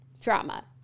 Drama